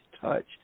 touch